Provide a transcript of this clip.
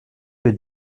que